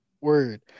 word